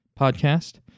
podcast